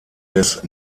des